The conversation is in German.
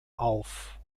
auf